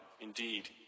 indeed